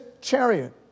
chariot